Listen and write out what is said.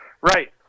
Right